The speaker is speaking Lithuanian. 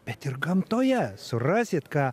bet ir gamtoje surasit ką